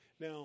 Now